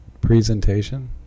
presentation